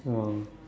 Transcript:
!wah!